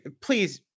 please